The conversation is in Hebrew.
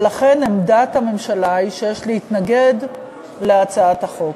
ולכן, עמדת הממשלה היא שיש להתנגד להצעת החוק.